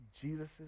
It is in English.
Jesus